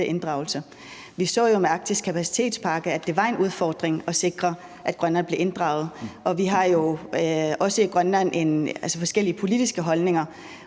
inddragelse. Vi så jo med »Arktis Kapacitetspakke«, at det var en udfordring at sikre, at Grønland blev inddraget, og vi har også i Grønland forskellige politiske holdninger.